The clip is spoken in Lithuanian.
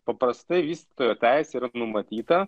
paprastai vystytojo teisė yra numatyta